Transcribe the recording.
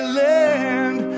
land